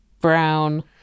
Brown